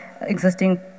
existing